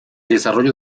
desarrollo